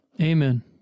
Amen